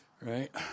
right